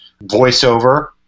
voiceover